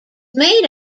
made